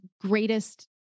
greatest